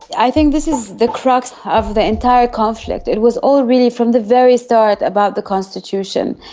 i think this is the crux of the entire conflict. it was all really from the very start about the constitution,